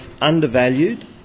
undervalued